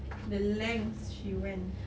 the lengths she went